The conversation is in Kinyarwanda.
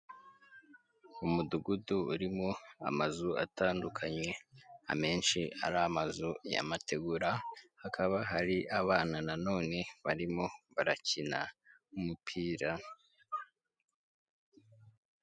Umudugudu urimo amazu atandukanye, amenshi ari amazu y'amategura, hakaba hari abana na none barimo barakina umupira.